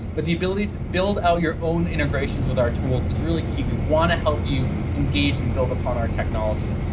but the ability to build out your own integrations with our tools is really key. we want to help you engage and build upon our technology.